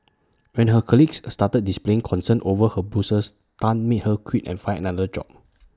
when her colleagues started displaying concern over her Bruises Tan made her quit and find another job